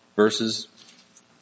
Verses